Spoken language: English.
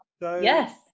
yes